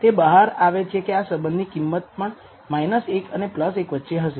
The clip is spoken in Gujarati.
તે બહાર આવે છે કે આ સંબંધની કિંમત પણ 1 અને 1 વચ્ચે રહેશે